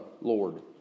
Lord